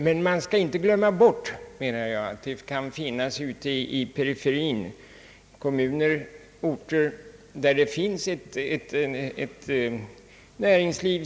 Men jag menar att man inte skall glömma bort att det ute i periferin kan finnas kommuner och orter med ett stabiliserat näringsliv.